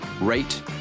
rate